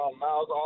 Miles